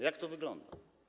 Jak to wygląda?